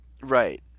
Right